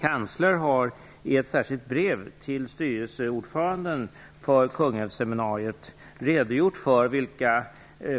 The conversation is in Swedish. Kanslern har i ett särskilt brev till styrelseordföranden vid Kungälvsseminariet redogjort för vilka